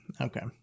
Okay